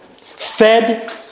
fed